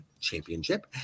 Championship